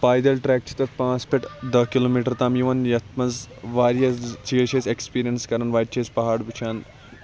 پایدل trek چھِ تَتھ پانٛژھ پیٚٹھٕ داہ کِلو میٖٹَر تام یِوان یتھ مَنٛز واریاہ چیٖز چھِ أسۍ ایٚکٕسپیٖریَنٕس کَران وَتہِ چھِ أسۍ پَہاڑ وُچھان